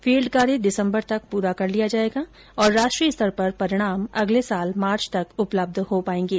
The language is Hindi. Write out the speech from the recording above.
फील्ड कार्य दिसम्बर तक पूरा किया जाएगा और राष्ट्रीय स्तर पर परिणाम अगले वर्ष मार्च तक उपलब्ध हो सकेंगे